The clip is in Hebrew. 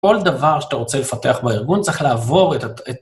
כל דבר שאתה רוצה לפתח בארגון צריך לעבור את...